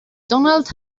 donald